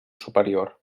superior